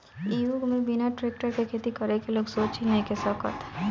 इ युग में बिना टेक्टर के खेती करे के लोग सोच ही नइखे सकत